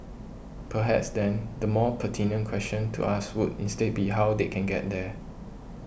perhaps then the more pertinent question to ask would instead be how they can get there